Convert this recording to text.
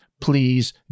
please